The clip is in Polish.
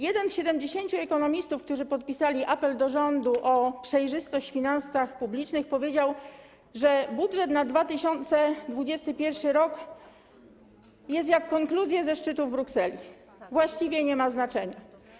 Jeden z 70 ekonomistów, którzy podpisali apel do rządu o przejrzystość w finansach publicznych, powiedział, że budżet na 2021 r. jest jak konkluzja ze szczytu w Brukseli - właściwie nie ma znaczenia.